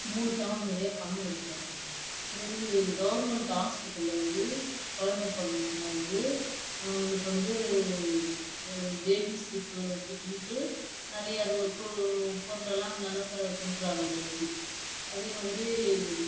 மூணு தவணை முறையா பணம் கொடுக்குறாங்க அதே மாரி இந்த கவர்மெண்ட் ஹாஸ்பிட்டலில் வந்து குழந்த பிறந்துச்சுனா வந்து அவங்களுக்கு வந்து பேபீஸ் கிஃப்ட்டு கிட்டுன்ட்டு நிறைய அது ஒரு பொ பொருளெல்லாம் நல்ல ச கொடுக்குறாங்க அதில் வச்சு அதே மாதிரி